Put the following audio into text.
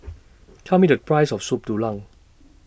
Tell Me The Price of Soup Tulang